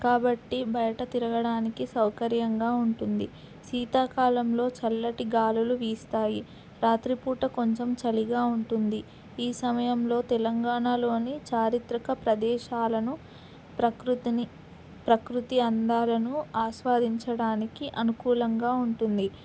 కాబట్టి బయట తిరగడానికి సౌకర్యంగా ఉంటుంది శీతాకాలంలో చల్లటి గాలులు వీస్తాయి రాత్రిపూట కొంచెం చలిగా ఉంటుంది ఈ సమయంలో తెలంగాణలోని చారిత్రక ప్రదేశాలను ప్రకృతిని ప్రకృతి అందాలను ఆస్వాదించడానికి అనుకూలంగా ఉంటుంది